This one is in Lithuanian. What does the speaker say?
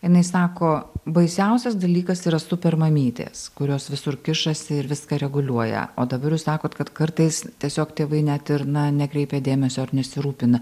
jinai sako baisiausias dalykas yra super mamytės kurios visur kišasi ir viską reguliuoja o dabar jūs sakot kad kartais tiesiog tėvai net ir na nekreipia dėmesio ar nesirūpina